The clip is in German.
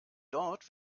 dort